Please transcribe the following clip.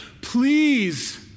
please